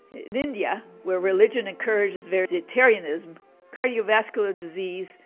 in india, where religion encourages vegetarianism cardiovascular disease,